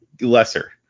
lesser